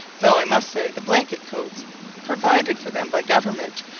though i must say the blanket-coats provided for them by government,